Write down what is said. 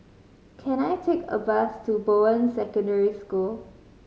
can I take a bus to Bowen Secondary School